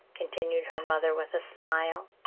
continued her mother with a smile.